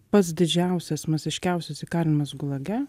pats didžiausias masiškiausias įkalinimas gulage